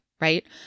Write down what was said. right